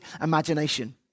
imagination